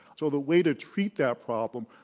so the way to treat that problem,